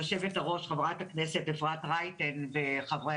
היושבת-ראש חברת הכנסת אפרת רייטן וחברי